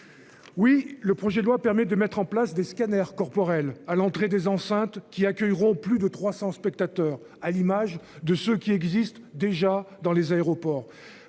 Oui, le projet de loi permet de mettre en place des scanners corporels à l'entrée des enceintes qui accueilleront plus de 300 spectateurs à l'image de ce qui existe déjà dans les aéroports